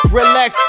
relax